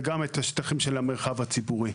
וגם של השטחים של המרחב הציבורי.